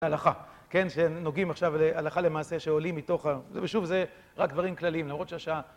...הלכה, כן, שנוגעים עכשיו להלכה למעשה שעולים מתוך... ושוב, זה רק דברים כלליים, למרות שהשעה...